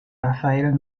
rafael